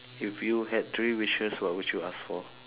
if you had three wishes what would you ask for